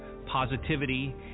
positivity